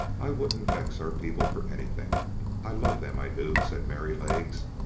i wouldn't vex our people for anything i love them, i do, said merrylegs,